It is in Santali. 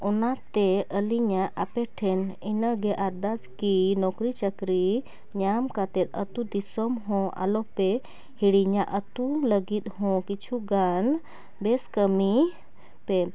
ᱚᱱᱟᱛᱮ ᱟᱹᱞᱤᱧᱟᱜ ᱟᱯᱮᱴᱷᱮᱱ ᱤᱱᱟᱹᱜᱮ ᱟᱨᱫᱟᱥ ᱠᱤ ᱱᱳᱠᱨᱤᱼᱪᱟᱹᱠᱨᱤ ᱧᱟᱢ ᱠᱟᱛᱮ ᱟᱛᱳ ᱫᱤᱥᱚᱢᱦᱚᱸ ᱟᱞᱚᱯᱮ ᱦᱤᱲᱤᱧᱟ ᱟᱛᱳ ᱞᱟᱹᱜᱤᱫ ᱦᱚᱸ ᱠᱤᱪᱷᱩᱜᱟᱱ ᱵᱮᱥ ᱠᱟᱹᱢᱤᱭ ᱯᱮ